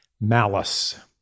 malice